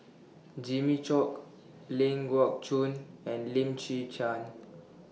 Jimmy Chok Ling Geok Choon and Lim Chwee Chian